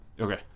Okay